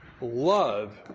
Love